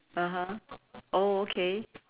(uh huh) oh okay